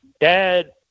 dad